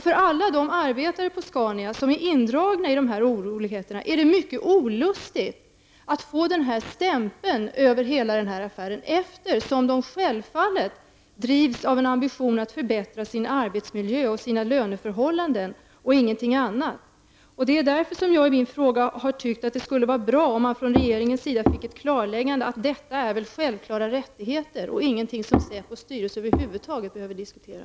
För alla de arbetare på Scania som är indragna i dessa oroligheter är det mycket olustigt att få den här stämpeln på hela affären, eftersom de självfallet drivs av en ambition att förbättra sin arbetsmiljö och sina löneförhållanden och inget annat. Därför har jag i min fråga tyckt att det skulle vara bra om man från regeringens sida fick ett klarläggande om att detta är självklara rättigheter och inget som SÄPOs styrelse över huvud taget behöver diskutera.